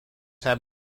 have